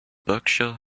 berkshire